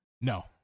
no